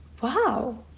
wow